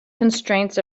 constraints